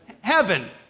Heaven